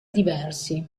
diversi